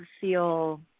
feel